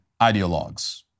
ideologues